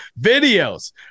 videos